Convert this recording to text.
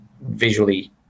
visually